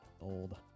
old